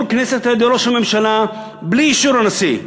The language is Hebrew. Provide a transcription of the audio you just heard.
כנסת על-ידי ראש הממשלה בלי אישור הנשיא,